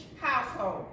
household